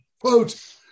Quote